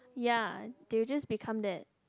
yea they will just become that